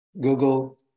Google